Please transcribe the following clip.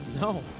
No